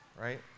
right